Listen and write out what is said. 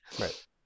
Right